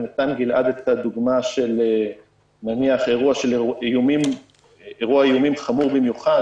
ונתן גלעד את הדוגמה של אירוע איומים חמור במיוחד